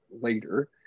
later